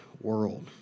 world